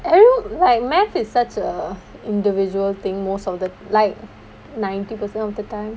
and like mathematics is such a individual thing most of the like ninety percent of the time